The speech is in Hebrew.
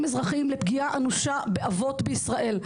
אזרחים לפגיעה אנושה באבות בישראל.